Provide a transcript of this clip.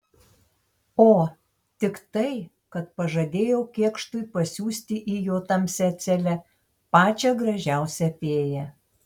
o tik tai kad pažadėjau kėkštui pasiųsti į jo tamsią celę pačią gražiausią fėją